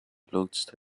loodst